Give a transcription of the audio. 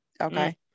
okay